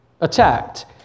Attacked